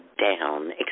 down